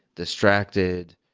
distracted,